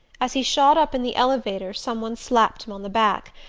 as he shot up in the elevator some one slapped him on the back,